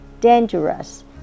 Dangerous